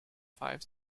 five